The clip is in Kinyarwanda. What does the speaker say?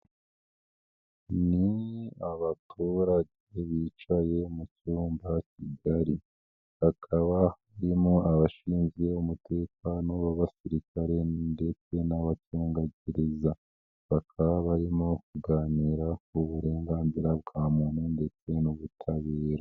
Ni abaturage bicaye mu cyumba kigari, hakaba harimo abashinzwe umutekano b'abasirikare ndetse n'abacungagereza, bakaba barimo kuganira ku burenganzira bwa muntu ndetse n'ubutabera.